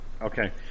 Okay